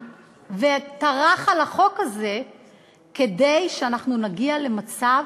וטרח על החוק הזה כדי שאנחנו נגיע למצב